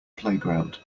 playground